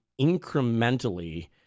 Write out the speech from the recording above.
incrementally